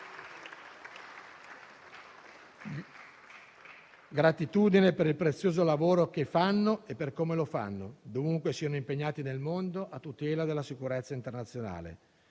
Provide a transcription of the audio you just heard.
per il prezioso lavoro che fanno e per come lo fanno. Dovunque siano impegnati nel mondo a tutela della sicurezza internazionale,